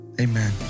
Amen